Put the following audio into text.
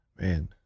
man